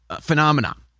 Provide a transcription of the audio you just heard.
phenomenon